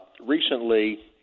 Recently